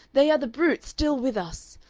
they are the brute still with us!